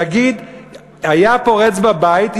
תגיד היה פורץ בבית,